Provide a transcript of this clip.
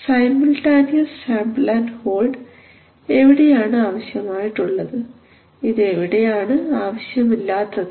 simultaneous sample and hold എവിടെയാണ് ആവശ്യമായിട്ടുള്ളത് ഇത് എവിടെയാണ് ആവശ്യമില്ലാത്തത്